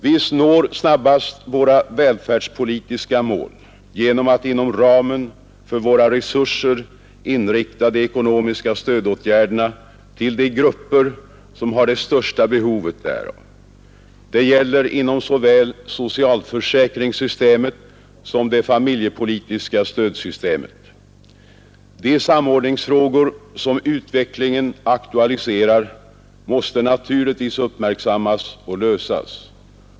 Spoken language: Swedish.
Vi når snabbast våra välfärdspolitiska mål genom att inom ramen för våra resurser inrikta de ekonomiska stödåtgärderna till de grupper som har det största behovet därav. Det gäller inom såväl socialförsäkringssystemet som det familjepolitiska stödsystemet. De samordningsfrågor som utvecklingen aktualiserar måste naturligtvis uppmärksammas och lösas.